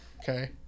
okay